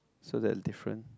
so they are different